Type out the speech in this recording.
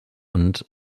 und